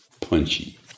punchy